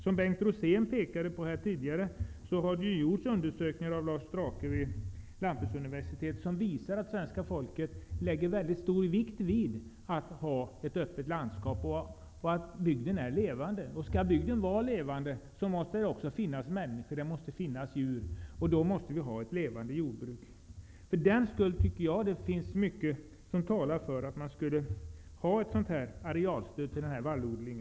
Som Bengt Rosén pekade på här tidigare har det gjorts undersökningar av Lars Drake vid Lantbruksuniversitetet som visar att svenska folket lägger mycket stor vikt vid att ha ett öppet landskap och att bygden är levande. Om bygden skall vara levande måste det också finnas människor och djur där, och då måste vi ha ett levande jordbruk. Av den anledningen tycker jag att det finns mycket som talar för att det skulle finnas ett arealstöd som utgår för vallodling.